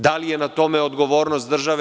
Da li je na tome odgovornost države?